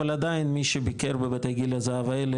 אבל עדיין מי שביקר בבתי גיל הזהב האלה,